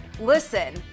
Listen